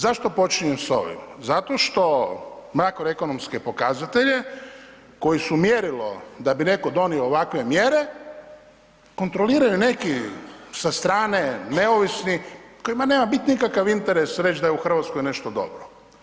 Zašto počinjem s ovim, zato što makroekonomske pokazatelje koji su mjerilo da bi netko donio ovakve mjere kontroliraju neki sa strane neovisni kojima nema bit nikakav interes reč da je u Hrvatskoj nešto dobro.